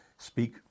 Speak